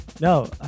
No